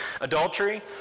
adultery